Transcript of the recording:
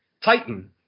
Titan